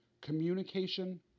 Communication